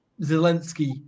Zelensky